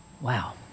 Wow